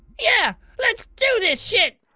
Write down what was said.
yeah let's do this shit.